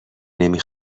نمی